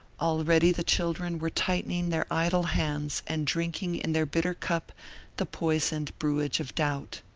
already the children were tightening their idle hands and drinking in their bitter cup the poisoned brewage of doubt.